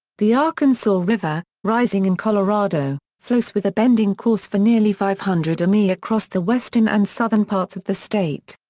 the arkansas river, rising in colorado, flows with a bending course for nearly five hundred mi across the western and southern parts of the state.